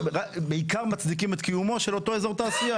בעיקר מצדיקים את קיומו של אותו אזור תעשייה.